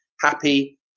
happy